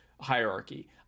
hierarchy